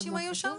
כמה אנשים היו שם?